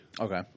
Okay